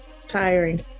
Tiring